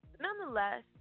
nonetheless